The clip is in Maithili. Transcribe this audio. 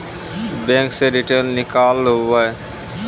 बैंक से डीटेल नीकालव?